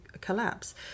collapse